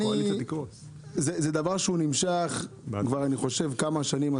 זה דבר שהוא נמשך כבר כמה שנים,